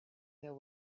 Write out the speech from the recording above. their